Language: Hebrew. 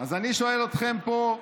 אז אני שואל אתכם פה: